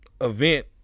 event